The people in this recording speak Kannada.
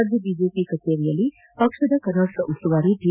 ರಾಜ್ಯ ಬಿಜೆಪಿ ಕಾರ್ಯಾಲಯದಲ್ಲಿ ಪಕ್ಷದ ಕರ್ನಾಟಕ ಉಸ್ತುವಾರಿ ಪಿ